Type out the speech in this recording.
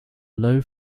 low